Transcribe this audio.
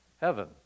heaven